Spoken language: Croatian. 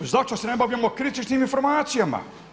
Zašto se ne bavimo kritičnim informacijama?